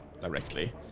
directly